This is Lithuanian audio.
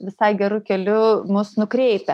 visai geru keliu mus nukreipia